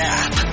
app